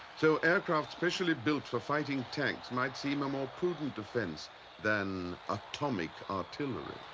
so aircraft specially built for fighting tanks might seem a more prudent defense than atomic artillery.